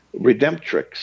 redemptrix